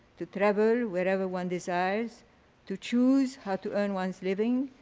to travel wherever one desires, to choose how to earn one's living.